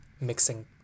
mixing